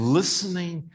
listening